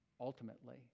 ultimately